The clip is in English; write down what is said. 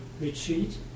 retreat